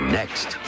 next